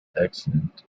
excellent